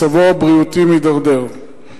מצבו הבריאותי מידרדר.